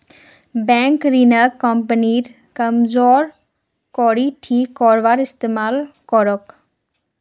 bank ऋणक कंपनीर कमजोर कड़ी ठीक करवात इस्तमाल करोक